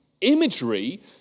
Imagery